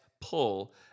pull